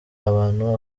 abantu